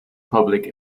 public